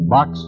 Box